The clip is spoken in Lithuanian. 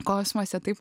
kosmose taip